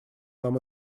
нам